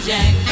Jack